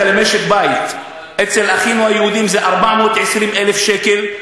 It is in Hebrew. למשק-בית: אצל אחינו היהודים זה 420,000 שקל,